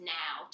now